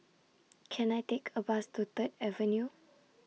Can I Take A Bus to Third Avenue